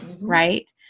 right